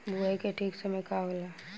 बुआई के ठीक समय का होला?